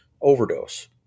overdose